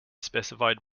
specified